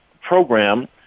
program